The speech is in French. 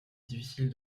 difficile